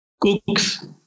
cooks